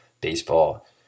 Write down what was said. baseball